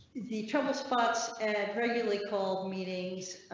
the trouble spots and craig and lee cold meetings